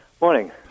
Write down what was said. morning